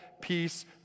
peace